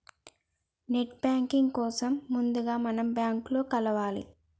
net banking కోసం ముందుగా మనం బ్యాంకులో కలవాలే